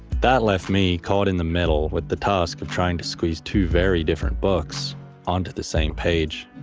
that left me caught in the middle with the task of trying to squeeze two very different books onto the same page.